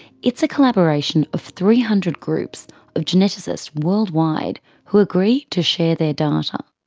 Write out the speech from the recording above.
it's a collaboration of three hundred groups of geneticists worldwide who agree to share their data.